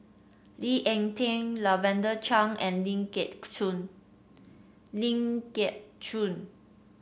Lee Ek Tieng Lavender Chang and Ling Geok Choon